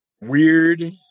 weird